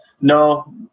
No